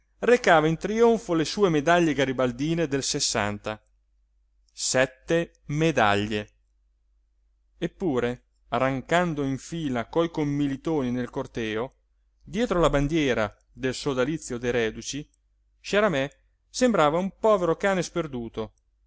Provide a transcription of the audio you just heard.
recava in trionfo le sue medaglie garibaldine del sessanta sette medaglie eppure arrancando in fila coi commilitoni nel corteo dietro la bandiera del sodalizio dei reduci sciaramè sembrava un povero cane sperduto